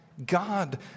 God